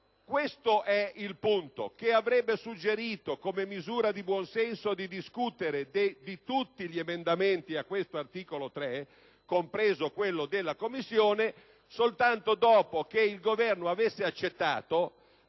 Questo è il punto che avrebbe suggerito, come misura di buon senso, di discutere di tutti gli emendamenti all'articolo 3, compreso quello della Commissione, soltanto dopo che il Governo avesse accettato